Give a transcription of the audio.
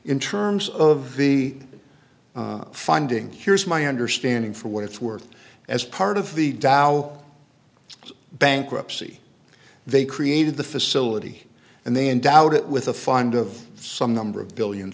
in terms of the finding here's my understanding for what it's worth as part of the dow bankruptcy they created the facility and they endowed it with a fund of some number of billions